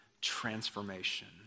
transformation